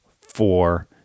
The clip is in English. four